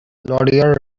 laurier